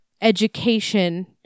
education